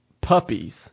puppies